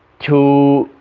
to